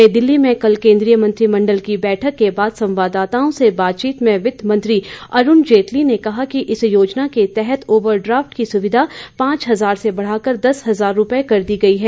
नई दिल्ली में कल केंद्रीय मंत्रिमंडल की बैठक के बाद संवाददाताओं से बातचीत में वित मंत्री अरूण जेटली ने कहा कि इस योजना के तहत ओवर ड्राफट की सुविधा पांच हजार से बढ़ाकर दस हजार रूपये कर दी गई है